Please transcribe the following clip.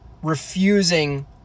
Refusing